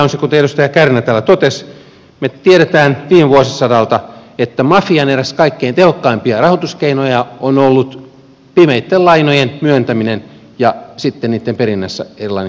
kuten edustaja kärnä täällä totesi me tiedämme viime vuosisadalta että mafian eräs kaikkein tehokkaimpia rahoituskeinoja on ollut pimeitten lainojen myöntäminen ja sitten niitten perinnässä erilainen kiristystoiminta